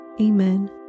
Amen